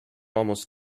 almost